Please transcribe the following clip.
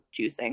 juicing